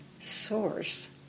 source